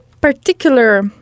particular